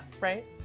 right